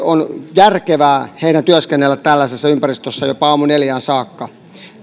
on järkevää heidän työskennellä tällaisessa ympäristössä jopa aamuneljään saakka